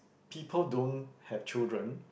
people don't have children